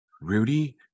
Rudy